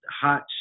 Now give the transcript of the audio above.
hot